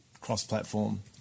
cross-platform